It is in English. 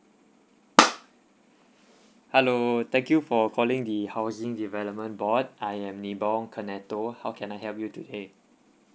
hello thank you for calling the housing development board I am nibong kenato how can I help you today